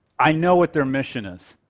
i know what their mission is.